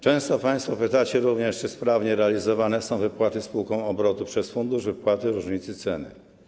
Często państwo pytacie również, czy sprawnie realizowane są wypłaty dla spółek obrotu przez Fundusz Wypłaty Różnicy Ceny.